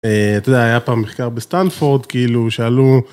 אתה יודע, היה פעם מחקר בסטנפורד, כאילו, שאלו...